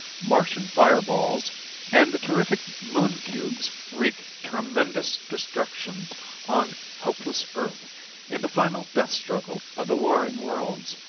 martian fire-balls and the terrific moon-cubes wreak tremendous destruction on helpless earth in the final death struggle of the warring worlds.